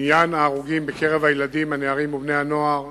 מניין ההרוגים בקרב הילדים, הנערים ובני-הנוער